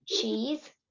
cheese